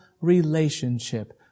relationship